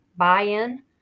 buy-in